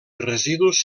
residus